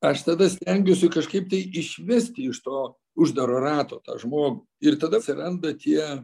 aš tada stengiuosi kažkaip tai išvesti iš to uždaro rato tą žmogų ir tada atsiranda tie